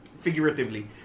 figuratively